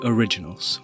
Originals